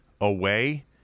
away